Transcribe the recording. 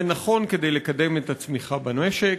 זה נכון כדי לקדם את הצמיחה במשק,